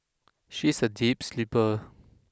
she is a deep sleeper